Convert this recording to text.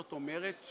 זאת אומרת,